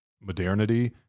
modernity